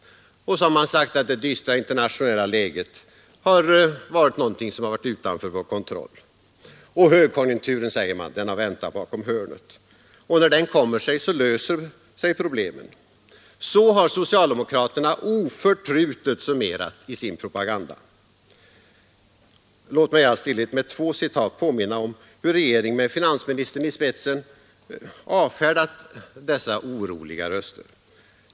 Man har sagt att det dystra internationella läget har varit någonting som varit utanför vår kontroll. Och högkonjunkturen, säger man, har väntat bakom hörnet. När den kommer löser sig problemen. — Så har socialdemokraterna oförtrutet summerat i sin propaganda. Låt mig i all stillhet med två citat påminna om hur regeringen med finansministern i spetsen avfärdat dessa oroliga röster.